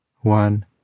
One